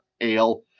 Ale